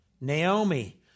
Naomi